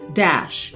dash